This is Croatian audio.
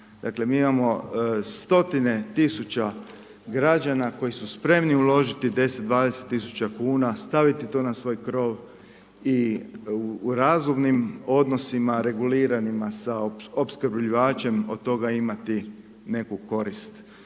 dakle, mi imamo stotine tisuće građana koji su spremni uložiti 10, 20 tisuća kn staviti to na svoj krov i u razumnim odnosima reguliranima sa opskrbljivačem od toga imati neku korist.